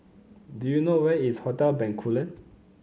do you know where is Hotel Bencoolen